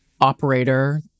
operator